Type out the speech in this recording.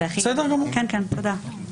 תודה.